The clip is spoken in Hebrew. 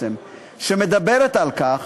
היא מדברת על כך